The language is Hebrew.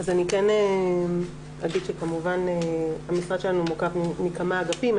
אז אני אגיד שהמשרד שלנו מורכב מכמה אגפים.